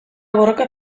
borroka